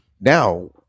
Now